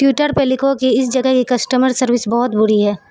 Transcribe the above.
Twitter پر لکھو کہ اس جگہ کی کسٹمر سروس بہت بری ہے